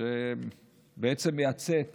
שבעצם מייצאת